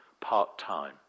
part-time